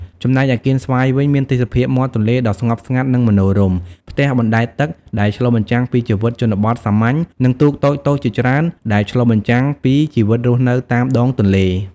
ចំណែកឯកៀនស្វាយវិញ មានទេសភាពមាត់ទន្លេដ៏ស្ងប់ស្ងាត់និងមនោរម្យ ផ្ទះបណ្តែតទឹកដែលឆ្លុះបញ្ចាំងពីជីវិតជនបទសាមញ្ញ និងទូកតូចៗជាច្រើនដែលឆ្លុះបញ្ចាំងពីជីវិតរស់នៅតាមដងទន្លេ។